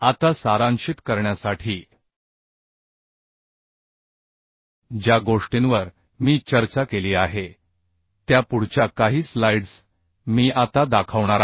आता सारांशित करण्यासाठी ज्या गोष्टींवर मी चर्चा केली आहे त्या पुढच्या काही स्लाइड्स मी आता दाखवणार आहे